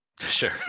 sure